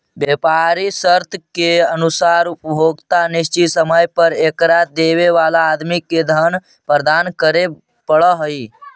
व्यापारी शर्त के अनुसार उपभोक्ता निश्चित समय पर एकरा देवे वाला आदमी के धन प्रदान करे पड़ऽ हई